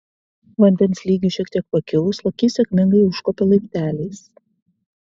vandens lygiui šiek tiek pakilus lokys sėkmingai užkopė laipteliais